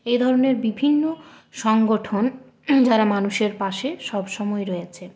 এ ধরনের বিভিন্ন সংগঠন যারা মানুষের পাশে সব সময় রয়েছে